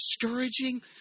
discouraging